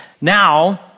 now